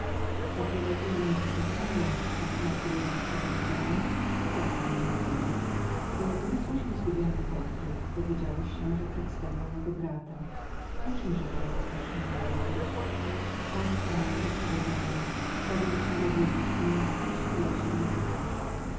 sprawą zaprowadziła mnie do tej samej ławki na której ją wczoraj widziałem i tak dalej mówiła gdy odniosłeś mi pan zgubiony portret dowiedziałeś się że należał do mego brata o czemże teraz chcesz się dowiedzieć ach pani odpowiedziałem pragnę dowiedzieć się kto pani jesteś jak się nazywasz